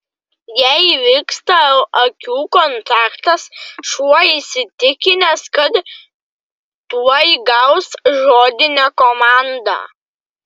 jei įvyksta akių kontaktas šuo įsitikinęs kad tuoj gaus žodinę komandą